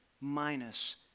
minus